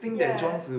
yeah